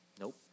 Nope